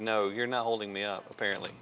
know you're not holding me up apparently